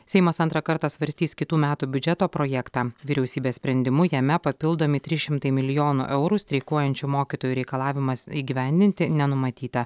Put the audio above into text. seimas antrą kartą svarstys kitų metų biudžeto projektą vyriausybės sprendimu jame papildomi trys šimtai milijonų eurų streikuojančių mokytojų reikalavimas įgyvendinti nenumatyta